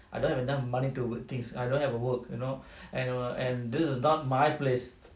I don't have enough money to do things I don't have a work you know and and this is not my place